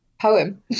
poem